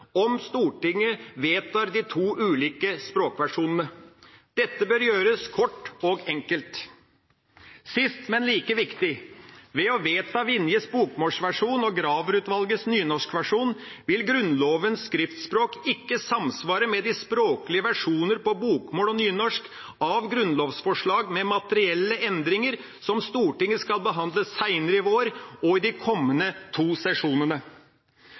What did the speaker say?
om Stortinget vedtar de to ulike språkversjonene. Dette bør gjøres kort og enkelt. Sist, men like viktig: Ved å vedta Vinjes bokmålsversjon og Graver-utvalgets nynorskversjon vil Grunnlovens skriftspråk ikke samsvare med de språklige versjoner på bokmål og nynorsk av grunnlovsforslag med materielle endringer som Stortinget skal behandle senere i vår og i de kommende to sesjonene.